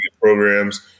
programs